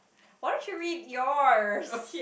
why don't you read yours